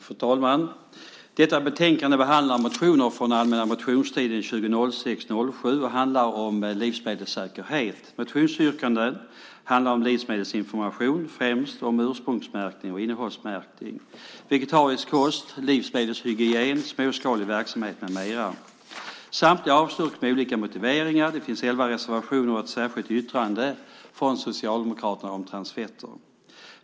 Fru talman! Detta betänkande behandlar motioner från allmänna motionstiden 2006/07, och handlar om livsmedelssäkerhet. Motionsyrkandena handlar om livsmedelsinformation - främst ursprungsmärkning och innehållsmärkning - vegetarisk kost, livsmedelshygien, småskalig verksamhet med mera. Samtliga avstyrks med olika motiveringar. Det finns elva reservationer och ett särskilt yttrande från Socialdemokraterna om transfetter.